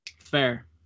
Fair